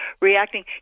reacting